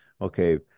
okay